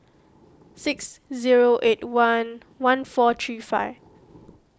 six zero eight one one four three five